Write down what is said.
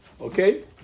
Okay